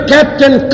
Captain